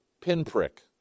pinprick